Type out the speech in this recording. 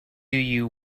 you